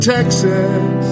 Texas